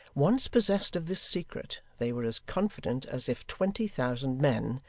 once possessed of this secret, they were as confident as if twenty thousand men,